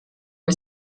wir